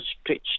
stretched